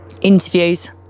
Interviews